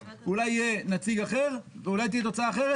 אולי יהיה נציג אחר ואולי תהיה תוצאה אחרת,